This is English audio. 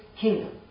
kingdom